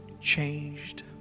changed